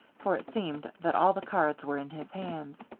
for it seemed that all the cards were in his hands.